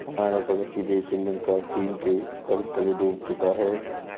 हमारा पड़ोसी देश श्रीलंका चीन के कर्ज तले डूब चुका है